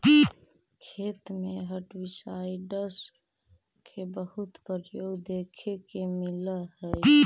खेत में हर्बिसाइडस के बहुत प्रयोग देखे के मिलऽ हई